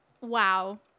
wow